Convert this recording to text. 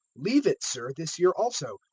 leave it, sir, this year also,